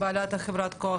הבעיה זה שיש היום רבנים